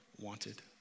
wanted